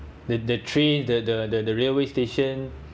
the the tree the the the railway station